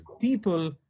people